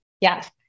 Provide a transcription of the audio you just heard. Yes